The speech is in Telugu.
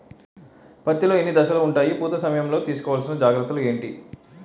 పత్తి లో ఎన్ని దశలు ఉంటాయి? పూత సమయం లో తీసుకోవల్సిన జాగ్రత్తలు ఏంటి?